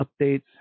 updates